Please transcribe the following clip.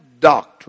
doctrine